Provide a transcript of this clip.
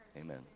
Amen